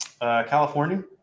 California